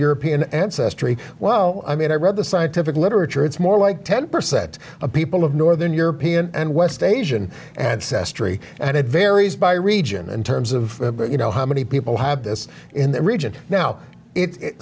european ancestry well i mean i read the scientific literature it's more like ten percent of people of northern european and west asian ancestry and it varies by region and terms of you know how many people have this in the region now it